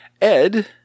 Ed